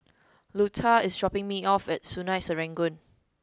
Luetta is dropping me off at Sungei Serangoon